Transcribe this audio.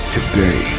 Today